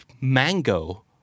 mango